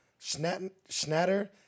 Schnatter